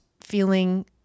feeling